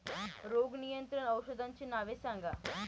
रोग नियंत्रण औषधांची नावे सांगा?